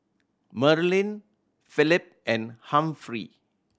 Maralyn Phillip and Humphrey